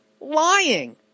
lying